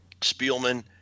Spielman